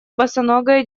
босоногая